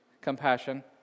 Compassion